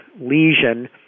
lesion